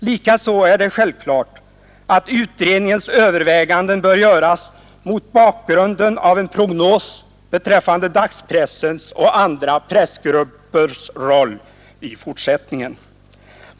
Likaså är det självklart att utredningens överväganden bör göras mot bakgrunden av en prognos beträffande dagspressens och andra pressgruppers roll i fortsättningen.